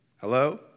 Hello